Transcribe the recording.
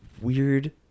weird